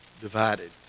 divided